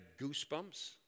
goosebumps